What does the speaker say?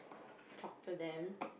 talk to them